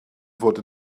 fod